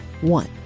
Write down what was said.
one